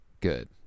Good